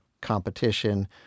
competition